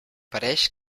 pareix